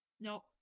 No